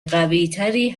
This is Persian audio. قویتری